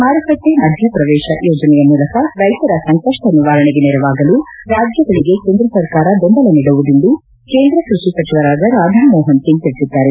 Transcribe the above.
ಮಾರುಕಟ್ಟೆ ಮಧ್ಯ ಪ್ರವೇಶ ಯೋಜನೆಯ ಮೂಲಕ ರೈತರ ಸಂಕಷ್ಟ ನಿವಾರಣೆಗೆ ನೆರವಾಗಲು ರಾಜ್ಯಗಳಿಗೆ ಕೇಂದ್ರ ಸರ್ಕಾರ ಬೆಂಬಲ ನೀಡುವುದೆಂದು ಕೇಂದ್ರ ಕೃಷಿ ಸಚಿವರಾದ ರಾಧಾಮೋಹನ್ ಸಿಂಗ್ ತಿಳಿಸಿದ್ದಾರೆ